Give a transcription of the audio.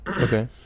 Okay